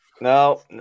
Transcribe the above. No